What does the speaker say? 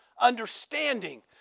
understanding